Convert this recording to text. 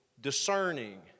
discerning